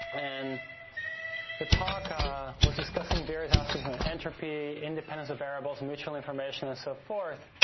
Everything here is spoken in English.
and the talk ah was discussing various aspects on entropy, independence of variables, mutual information, and so forth,